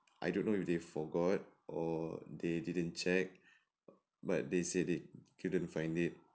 I don't know if they forgot or they didn't check but they said they couldn't find it